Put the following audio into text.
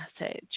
message